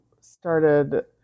started